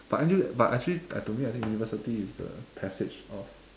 but N_U~ but actually to me I think university is the passage of